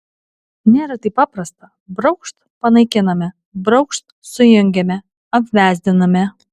nėra taip paprasta braukšt panaikiname braukšt sujungiame apvesdiname